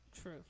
True